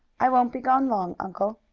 i won't be gone long, uncle,